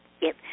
yes